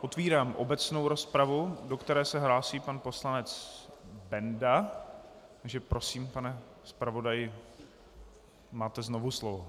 Otevírám obecnou rozpravu, do které se hlásí pan poslanec Benda, takže prosím, pane zpravodaji, máte znovu slovo.